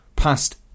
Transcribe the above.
past